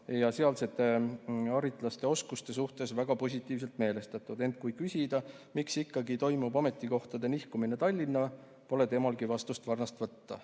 ja sealsete haritlaste oskuste suhtes väga positiivselt meelestatud, ent kui küsida, miks ikkagi toimub ametikohtade nihkumine Tallinna, pole temalgi vastust varnast võtta.